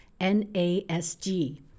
NASG